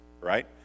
right